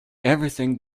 everything